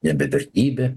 nebe vertybė